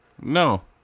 No